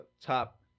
top